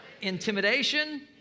intimidation